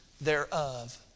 thereof